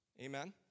amen